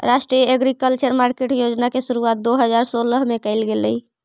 राष्ट्रीय agriculture market योजना के शुरुआत दो हज़ार सोलह में कैल गेलइ